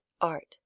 art